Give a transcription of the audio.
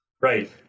Right